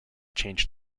change